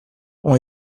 ont